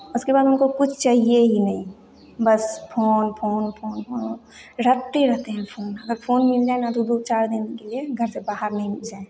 उसके बाद उनको कुछ चाहिए ही नहीं बस फोन फोन फोन फोन रटते रहते हैं फ़ोन अगर फ़ोन मिल जाए ना तो दो चार दिन के लिए घर से बाहर नहीं जाएँ